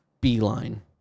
beeline